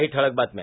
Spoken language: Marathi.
काही ठळक बातम्या